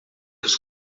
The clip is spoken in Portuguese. dos